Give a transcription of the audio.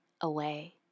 away